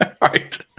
right